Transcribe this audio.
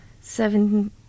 seven